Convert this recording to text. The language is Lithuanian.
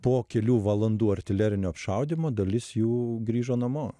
po kelių valandų artilerinio apšaudymo dalis jų grįžo namo